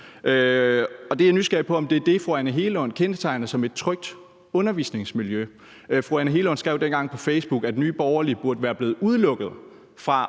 om er det, fru Anne Hegelund kendetegner som et trygt undervisningsmiljø. Fru Anne Hegelund skrev dengang på Facebook, at Nye Borgerlige burde være blevet udelukket fra